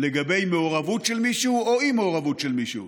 על מעורבות של מישהו או אי-מעורבות של מישהו.